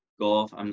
golf